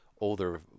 older